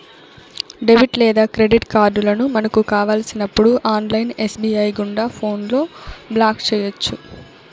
debit లేదా credit కార్డులను మనకు కావలసినప్పుడు ఆన్లైన్ ఎస్.బి.ఐ గుండా ఫోన్లో బ్లాక్ చేయొచ్చు